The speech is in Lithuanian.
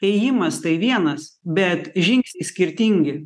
ėjimas tai vienas bet žingsniai skirtingi